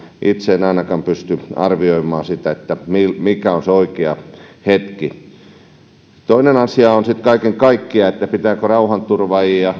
itse en ainakaan pysty arvioimaan sitä mikä on siinä rajanvedossa yhdenvertaisuuteen se oikea hetki toinen asia kaiken kaikkiaan on sitten pitääkö rauhanturvaajia